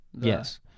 Yes